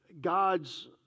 God's